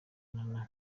nana